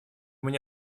меня